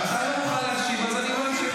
אתה יכול לפנות לוועדת